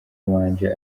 wanje